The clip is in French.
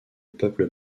peuple